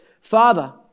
Father